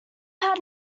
had